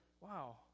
Wow